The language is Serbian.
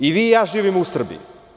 I vi i ja živimo u Srbiji.